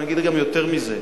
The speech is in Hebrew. אגיד גם יותר מזה: